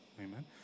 amen